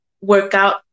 workout